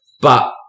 but-